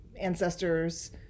ancestors